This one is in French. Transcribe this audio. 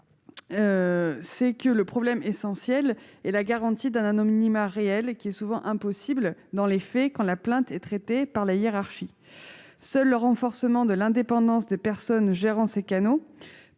mener que le problème essentiel est la garantie d'un anonymat réel, souvent impossible, dans les faits, quand la plainte est traitée par la hiérarchie. Seul le renforcement de l'indépendance des personnes gérant ces canaux